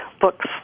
books